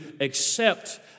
accept